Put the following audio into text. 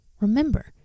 Remember